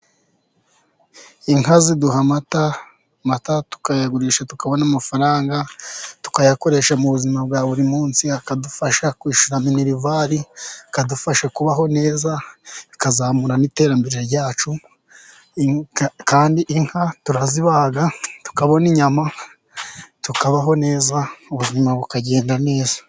Inka ziduha amata, amata tukayagurisha tukabona amafaranga tukayakoresha mu buzima bwa buri munsi, akadufasha kwishyura minerivari, bikadufasha kubaho neza bikazamura n'iterambere ryacu, kandi inka turazibaga tukabona inyama tukabaho neza ubuzima bukagenda neza.